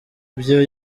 vyo